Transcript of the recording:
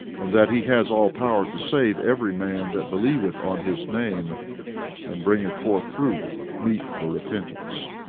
and that he has all power to save every man that believeth on his name and bringeth forth fruit meet for repentance.